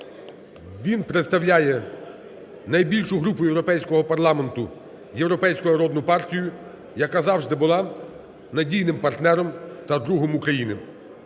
Він представляє найбільшу групу Європейського парламенту – Європейську народну партію, яка завжди була надійним партнером та другом України.